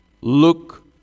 Look